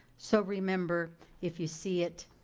so remember, if you see it,